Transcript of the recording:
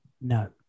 No